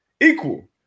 equal